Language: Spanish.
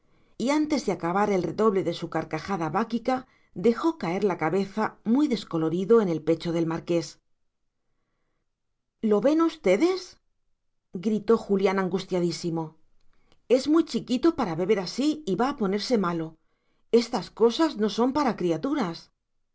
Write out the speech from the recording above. y antes de acabar el redoble de su carcajada báquica dejó caer la cabeza muy descolorido en el pecho del marqués lo ven ustedes gritó julián angustiadísimo es muy chiquito para beber así y va a ponerse malo estas cosas no son para criaturas